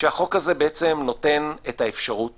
שהחוק הזה בעצם נותן את האפשרות